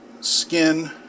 skin